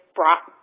brought